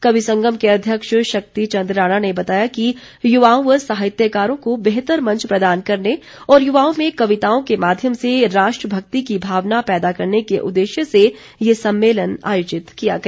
कवि संगम के अध्यक्ष शक्ति चंद राणा ने बताया कि युवाओं व साहित्यकारों को बेहतर मंच प्रदान करने और युवाओं में कविताओं के माध्यम से राष्ट्रभक्ति की भावना पैदा करने के उद्देश्य से ये सम्मेलन आयोजित किया गया